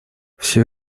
все